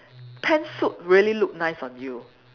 pantsuit really look nice on you